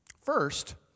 First